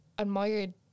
admired